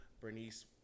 Bernice